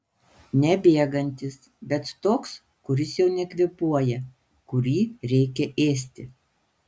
ne bėgantis bet toks kuris jau nekvėpuoja kurį reikia ėsti